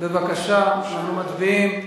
בבקשה, אנחנו מצביעים.